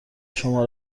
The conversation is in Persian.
شما